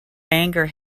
bangor